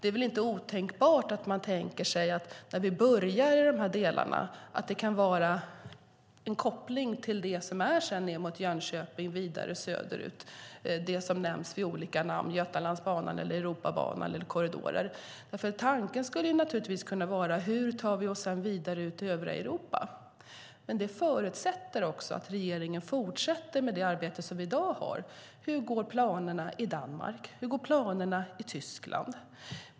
När vi börjar i de här delarna är det väl inte otänkbart att det kan vara en koppling till det som sedan finns ned mot Jönköping och vidare söderut, det som nämns vid olika namn: Götalandsbanan, Europabanan eller korridorer. Tanken skulle naturligtvis kunna vara: Hur tar vi oss sedan vidare till övriga Europa? Men det förutsätter också att regeringen fortsätter med det arbete som vi har i dag. Hur går planerna i Danmark? Hur går planerna i Tyskland?